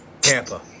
Tampa